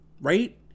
right